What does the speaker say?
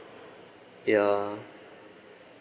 ya